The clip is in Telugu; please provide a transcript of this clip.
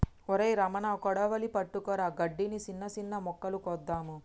ఒరై రమణ కొడవలి పట్టుకురా గడ్డిని, సిన్న సిన్న మొక్కలు కోద్దాము